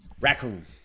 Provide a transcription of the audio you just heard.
Raccoon